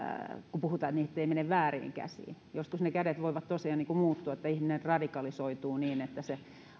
kun puhutaan siitä etteivät ne mene vääriin käsiin joskus ne kädet voivat tosiaan muuttua niin että ihminen radikalisoituu niin että se